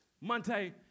Monte